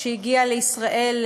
שהגיעה לישראל,